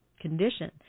condition